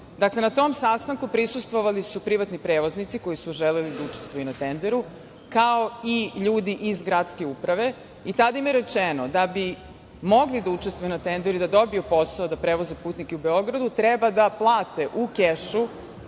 SNS.Na tom sastanku prisustvovali su privatni prevoznici, koji su želeli da učestvuju i na tenderu, kao i ljudi iz gradske uprave. Tada im je rečeno da bi mogli da učestvuju na tenderu i da dobiju posao da prevoze putnike u Beogradu, treba da plate u kešu